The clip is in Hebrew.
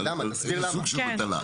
על סוג של מטלה.